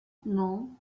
non